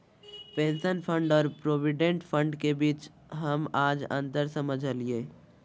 pension fund और provident fund के बीच हम आज अंतर समझलियै